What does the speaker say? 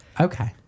Okay